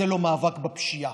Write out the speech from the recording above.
זה לא מאבק בפשיעה.